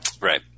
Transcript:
Right